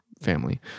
family